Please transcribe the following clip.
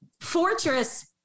fortress